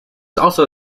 also